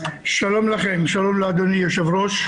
שלום לכם, שלום לאדוני היושב-ראש.